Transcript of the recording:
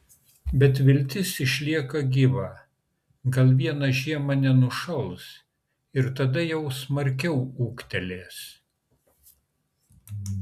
bet viltis išlieka gyva gal vieną žiemą nenušals ir tada jau smarkiau ūgtelės